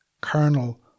kernel